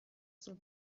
sul